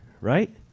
right